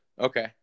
Okay